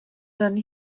than